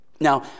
Now